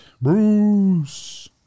Bruce